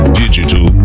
digital